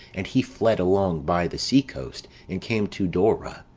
and he fled along by the sea coast and came to dora.